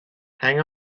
hang